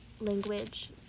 language